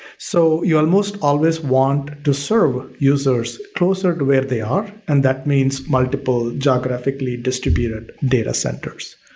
so, you almost always want to serve users closer to where they are, and that means multiple geographically distributed data centers,